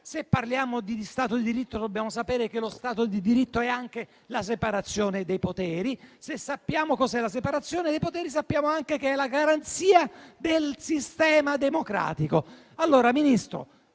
Se parliamo di Stato di diritto, dobbiamo sapere che lo Stato di diritto è anche la separazione dei poteri, se sappiamo cos'è la separazione dei poteri, sappiamo anche che è la garanzia del sistema democratico.